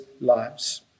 lives